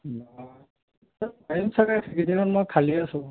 মই পাৰিম চাগৈ সেইকেইদিনত মই খালীয়ে আছোঁ